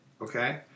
okay